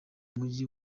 mujyi